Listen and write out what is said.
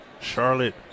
Charlotte